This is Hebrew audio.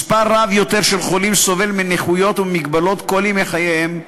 מספר רב יותר של חולים סובל מנכויות וממגבלות כל ימי חייהם,